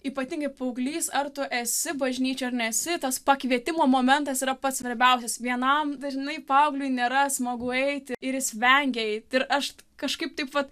ypatingai paauglys ar tu esi bažnyčioj ar nesi tas pakvietimo momentas yra pats svarbiausias vienam dažnai paaugliui nėra smagu eiti ir jis vengia eit ir aš kažkaip taip vat